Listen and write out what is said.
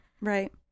Right